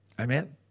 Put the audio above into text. Amen